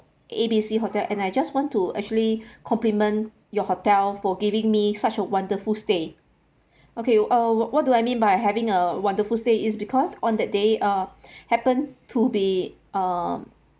A B C hotel and I just want to actually compliment your hotel for giving me such a wonderful stay okay uh what what do I mean by having a wonderful stay is because on that day uh happen to be uh